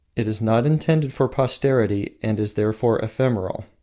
it is not intended for posterity and is therefore ephemeral.